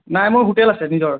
নাই মোৰ হোটেল আছে নিজৰ